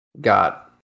got